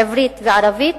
עברית וערבית,